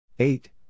Eight